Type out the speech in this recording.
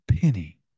penny